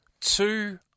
Two